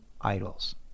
idols